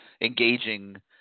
engaging